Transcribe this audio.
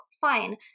Fine